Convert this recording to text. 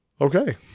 Okay